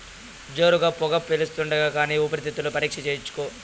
జోరుగా పొగ పిలిస్తాండావు కానీ ఊపిరితిత్తుల పరీక్ష చేయించుకో